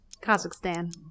Kazakhstan